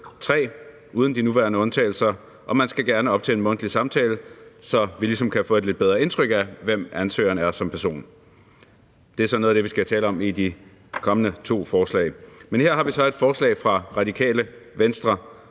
3 uden de nuværende undtagelser, og man skal gerne op til en mundtlig samtale, så vi ligesom kan få et lidt bedre indtryk af, hvem ansøgeren er som person. Det er så noget af det, vi skal tale om i forbindelse med de kommende to forslag. Her har vi så et forslag fra Radikale Venstre,